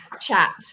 chat